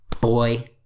Boy